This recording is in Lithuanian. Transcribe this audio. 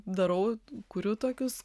darau kuriu tokius